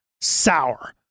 Sour